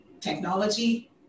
technology